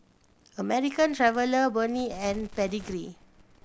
American Traveller Burnie and Pedigree